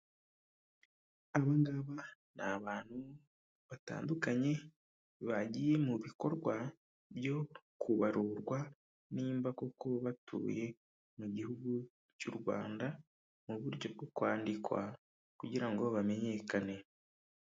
Aba ngaba ni abantu batandukanye bagiye mu bikorwa byo kubarurwa nimba koko batuye mu gihugu cy'u Rwanda, mu buryo bwo kwandikwa kugira ngo bamenyekane.